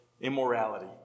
immorality